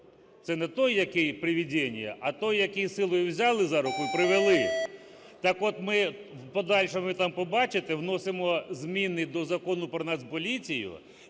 Це не той, який "привидение", а той, який силою взяли за руку і привели. Так от ми, в подальшому ви там побачите, вносимо зміни до Закону про Нацполіцію,